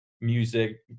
music